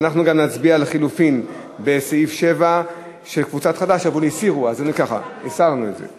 סיעת חד"ש ושל חבר הכנסת